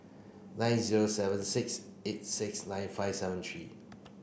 nine zero seven six eight six nine five seven three